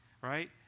right